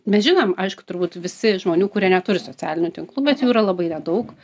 mes žinom aišku turbūt visi žmonių kurie neturi socialinių tinklų bet jų yra labai nedaug